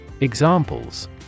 Examples